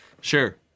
Sure